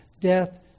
death